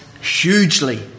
hugely